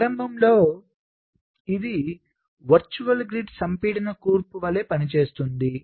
ప్రారంభంలో ఇది virtual grid సంపీడన కూర్పు వలె పనిచేస్తుంది